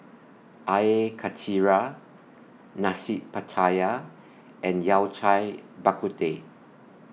Air Karthira Nasi Pattaya and Yao Cai Bak Kut Teh